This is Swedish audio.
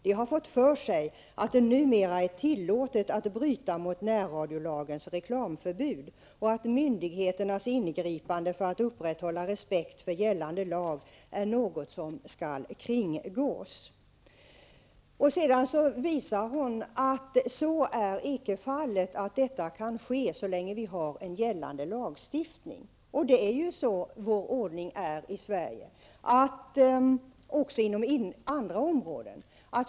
De har fått för sig att det numera är tillåtet att bryta mot närradiolagens reklamförbud och att myndigheternas ingripande för att upprätthålla respekt för gällande lag är något som skall kringgås.'' Sedan visade hon att detta icke kan ske så länge vi har en gällande lagstiftning. Det är ju så vår ordning är i Sverige även inom andra områden.